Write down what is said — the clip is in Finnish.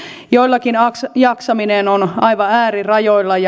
joillakin jaksaminen on aivan äärirajoilla ja